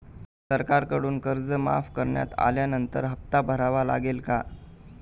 सरकारकडून कर्ज माफ करण्यात आल्यानंतर हप्ता भरावा लागेल का?